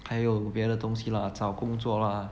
还有别的东西 lah 找工作 lah